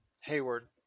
Hayward